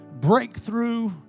breakthrough